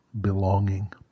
belonging